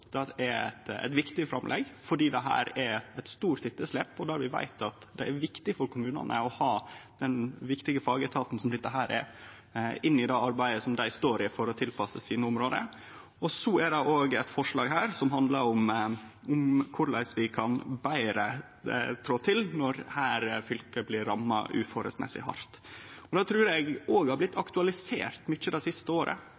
Det er eit viktig framlegg fordi det er eit stort etterslep, og vi veit at det er viktig for kommunane å ha med denne viktige fagetaten i det arbeidet som dei står i for å tilpasse sine område. Det andre forslaget handlar om korleis vi betre kan trå til når fylke blir ramma uforholdsmessig hardt. Det trur eg òg har blitt aktualisert det siste året.